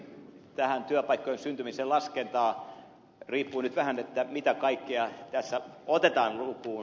tämä työpaikkojen syntymisen laskenta riippuu nyt vähän siitä mitä kaikkea tässä otetaan lukuun